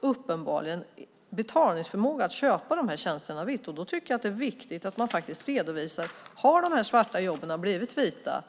uppenbarligen har haft betalningsförmåga att köpa de här tjänsterna vitt, och då tycker jag att det är viktigt att man redovisar: Har de här svarta jobben blivit vita?